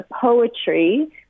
poetry